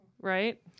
right